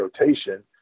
rotation